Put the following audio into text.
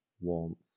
warmth